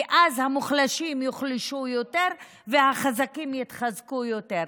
כי אז המוחלשים יוחלשו יותר והחזקים יתחזקו יותר.